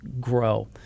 grow